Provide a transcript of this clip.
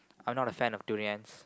I'm not a fan of durians